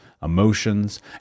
emotions